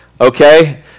okay